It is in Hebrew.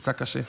נפצע קשה,